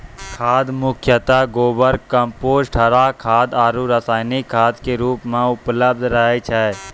खाद मुख्यतः गोबर, कंपोस्ट, हरा खाद आरो रासायनिक खाद के रूप मॅ उपलब्ध रहै छै